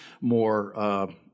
more